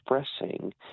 expressing